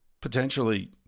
potentially